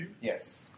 Yes